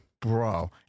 Bro